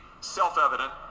self-evident